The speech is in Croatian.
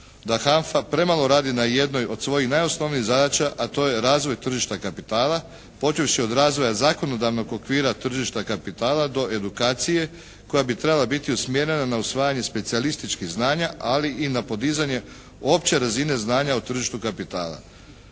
da HANFA premalo radi na jednoj od svojih najosnovnijih zadaća, a to je razvoj tržišta kapitala počevši od razvoja zakonodavnog okvira tržišta kapitala do edukacije koja bi trebala biti usmjerena na usvajanje specijalističkih znanja, ali i na podizanje opće razine znanja u tržištu kapitala.